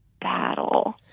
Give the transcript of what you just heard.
battle